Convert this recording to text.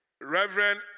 Reverend